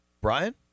Brian